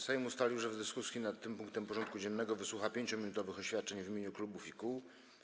Sejm ustalił, że w dyskusji nad tym punktem porządku dziennego wysłucha 5-minutowych oświadczeń w imieniu klubów i kół.